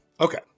okay